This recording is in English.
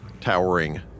towering